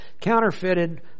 Counterfeited